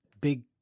Big